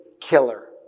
killer